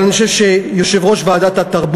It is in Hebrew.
אבל אני חושב שיושב-ראש ועדת החינוך,